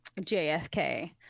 JFK